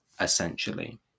essentially